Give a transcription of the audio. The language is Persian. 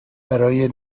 برای